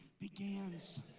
begins